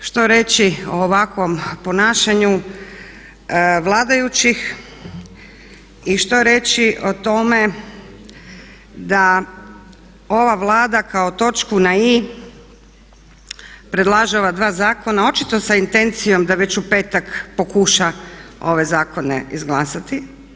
Što reći o ovakvom ponašanju vladajućih i što reći o tome da ova Vlada kao točku na „i“ predlaže ova dva zakona, očito sa intencijom da već u petak pokuša ove zakone izglasati.